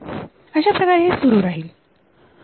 अशाप्रकारे हे सुरू राहील